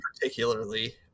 particularly